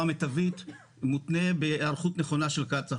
מיטבית מותנה בהיערכות נכונה של קצא"א,